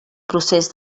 procés